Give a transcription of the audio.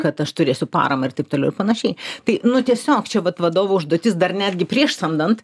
kad aš turėsiu paramą ir taip toliau ir panašiai tai nu tiesiog čia vat vadovo užduotis dar netgi prieš samdant